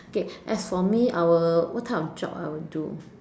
okay as for me I will what type of job I would do